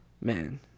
Man